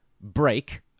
break